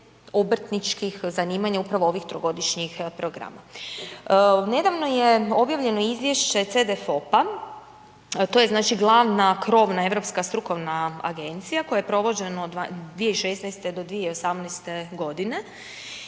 obrtničkih zanimanja upravo ovih trogodišnjih programa. Nedavno je objavljeno izvješće CEDEFOP-a to je glavna krovna europska strukovna agencija gdje je provođeno od 2016. do 2018. godine